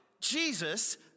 Jesus